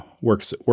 works